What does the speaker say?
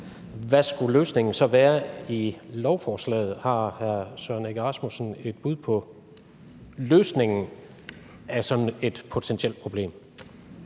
hvad løsningen så skulle være i lovforslaget. Har hr. Søren Egge Rasmussen et bud på løsningen af sådan et potentielt problem?